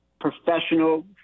professional